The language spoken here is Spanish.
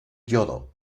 yodo